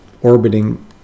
orbiting